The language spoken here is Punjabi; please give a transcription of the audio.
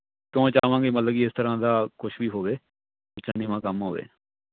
ਕਿਉਂ ਚਾਵਾਂਗੇ ਮਤਲਬ ਕਿ ਇਸ ਤਰ੍ਹਾਂ ਦਾ ਕੁਛ ਵੀ ਹੋਵੇ ਉੱਚਾ ਨੀਵਾਂ ਕੰਮ ਹੋਵੇ